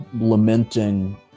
lamenting